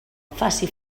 faci